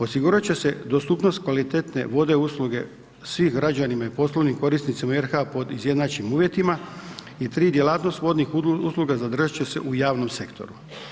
Osigurat će se dostupnost kvalitetne vodne usluge svim građanima i poslovnim korisnicima RH pod izjednačenim uvjetima i tri djelatnosti vodnih usluga zadržat će se u javnom sektoru.